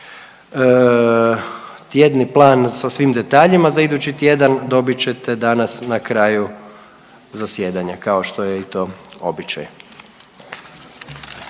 Tjedni plan sa svim detaljima za idući tjedan dobit ćete danas na kraju zasjedanja kao što je i to običaj.